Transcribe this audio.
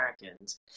Americans